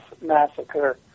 Massacre